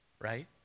right